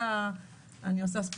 זה אני עושה ספוילר.